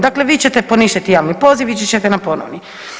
Dakle, vi ćete poništiti javni poziv, ići ćete na ponovni.